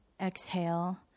Exhale